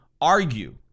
argue